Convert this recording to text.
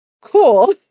cool